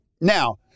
Now